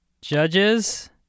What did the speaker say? Judges